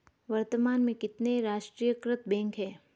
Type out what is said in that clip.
वर्तमान में कितने राष्ट्रीयकृत बैंक है?